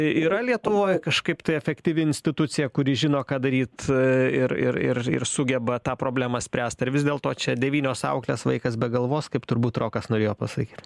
yra lietuvoj kažkaip tai efektyvi institucija kuri žino ką daryt ir ir ir ir sugeba tą problemą spręst ar vis dėlto čia devynios auklės vaikas be galvos kaip turbūt rokas norėjo pasakyt